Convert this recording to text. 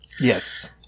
Yes